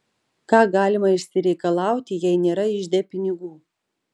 ką galima išsireikalauti jei nėra ižde pinigų